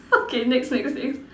okay next next next